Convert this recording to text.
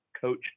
Coach